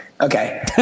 Okay